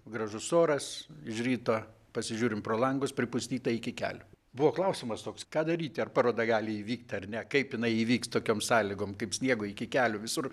gražus oras iš ryto pasižiūrim pro langus pripustyta iki kelių buvo klausimas toks ką daryti ar paroda gali įvykt ar ne kaip jinai įvyks tokiom sąlygom kaip sniego iki kelių visur